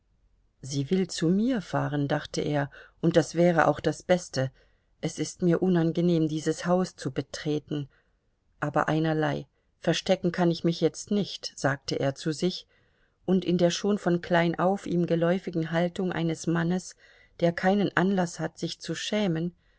sie will zu mir fahren dachte er und das wäre auch das beste es ist mir unangenehm dieses haus zu betreten aber einerlei verstecken kann ich mich jetzt nicht sagte er zu sich und in der schon von kleinauf ihm geläufigen haltung eines mannes der keinen anlaß hat sich zu schämen